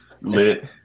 lit